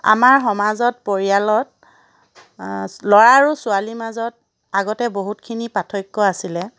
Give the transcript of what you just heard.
আমাৰ সমাজত পৰিয়ালত ল'ৰা আৰু ছোৱালীৰ মাজত আগতে বহুতখিনি পাৰ্থক্য আছিলে